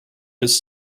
his